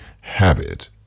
habit